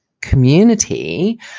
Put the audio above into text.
community